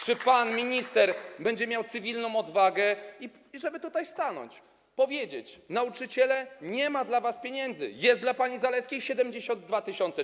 Czy pan minister będzie miał cywilną odwagę, żeby tutaj stanąć i powiedzieć: nauczyciele, nie ma dla was pieniędzy, ale dla pani Zalewskiej są 72 tys. zł?